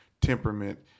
temperament